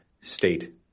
state